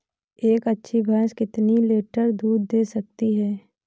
एक अच्छी भैंस कितनी लीटर दूध दे सकती है?